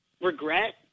Regret